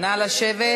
נא לשבת.